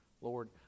Lord